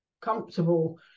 comfortable